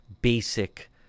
basic